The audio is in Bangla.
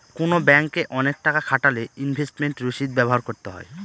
কোনো ব্যাঙ্কে অনেক টাকা খাটালে ইনভেস্টমেন্ট রসিদ ব্যবহার করতে হয়